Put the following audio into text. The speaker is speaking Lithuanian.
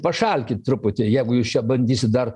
pašalkit truputį jeigu jūs čia bandysit dar